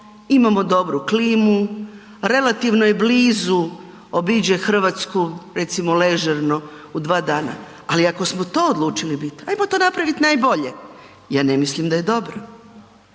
imamo dobru klimu, relativno je blizu, obiđe Hrvatsku, recimo ležerno u 2 dana. Ali, ako smo to odlučili biti, hajmo to napraviti najbolje. Ja ne mislim da je dobro.